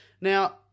now